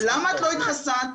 למה לא התחסנת?